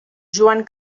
joan